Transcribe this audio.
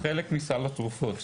זה חלק מסל התרופות.